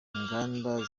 inganda